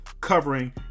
covering